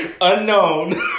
unknown